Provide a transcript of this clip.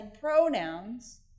pronouns